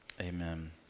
Amen